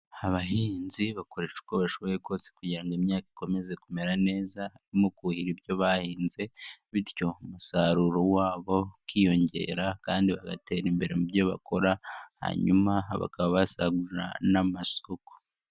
Abahinzi bakoresha uko bashoboye kose kugira ngo imyaka ikomeze kumera neza. Harimo kuhira ibyo bahinze bityo umusaruro wabo ukiyongera kandi bagatera imbere mu byo bakora hanyuma bakaba basagurira n'amasoko.